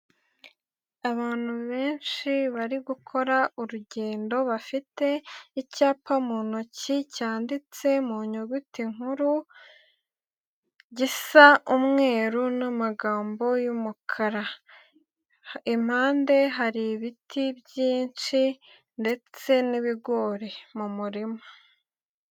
Abantu benshi bari gukora urugendo bafite icyapa mu ntoki cyanditse mu nyuguti nkuru, gisa umweru n'amagambo y'umukara. Impande hari ibiti byinshi ndetse n'ibigori mu murima.